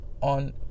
on